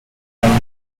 normal